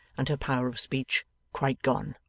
and her power of speech quite gone.